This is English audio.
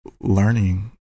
learning